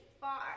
far